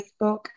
Facebook